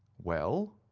well?